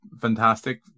fantastic